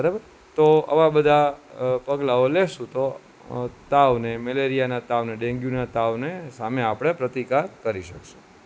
બરાબર તો અવા બધા પગલાઓ લેશું તો તાવને મેલેરિયાના તાવને ડેન્ગ્યુના તાવને સામે આપણે પ્રતિકાર કરી શકશું